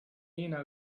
jena